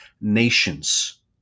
nations